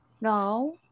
No